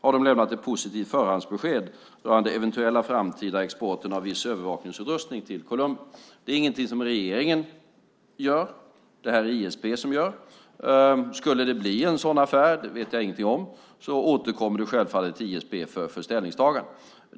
Man har lämnat ett positivt förhandsbesked rörande den eventuella framtida exporten av viss övervakningsutrustning till Colombia. Det är ingenting som regeringen gör. Det här är det ISP som gör. Skulle det bli en sådan affär - det vet jag ingenting om - återkommer det självfallet till ISP för ställningstagande.